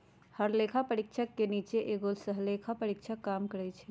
हर लेखा परीक्षक के नीचे एगो सहलेखा परीक्षक काम करई छई